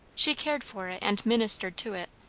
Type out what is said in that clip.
she cared for it and ministered to it,